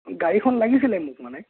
গাড়ীখন লাগিছিলে মোক মানে